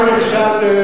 לא הוא ולא השר.